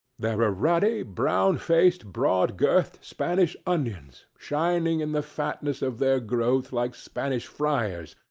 there were ruddy, brown-faced, broad-girthed spanish onions, shining in the fatness of their growth like spanish friars,